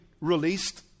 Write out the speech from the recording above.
released